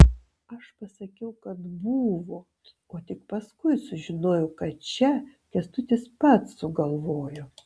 aš pasakiau kad buvo o tik paskui sužinojau kad čia kęstutis pats sugalvojo